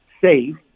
safe